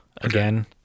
again